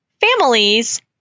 families